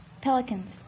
Pelicans